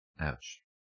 Ouch